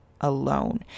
alone